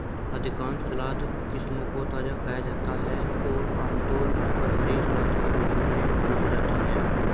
अधिकांश सलाद किस्मों को ताजा खाया जाता है और आमतौर पर हरी सलाद के रूप में परोसा जाता है